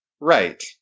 Right